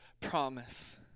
promise